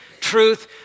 truth